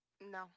No